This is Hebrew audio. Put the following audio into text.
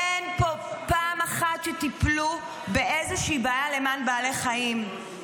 אין פה פעם אחת שטיפלו באיזושהי בעיה למען בעלי חיים.